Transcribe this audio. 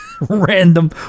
Random